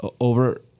over